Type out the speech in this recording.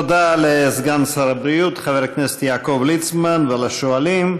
תודה לסגן שר הבריאות חבר הכנסת יעקב ליצמן ולשואלים.